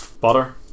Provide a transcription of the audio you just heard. butter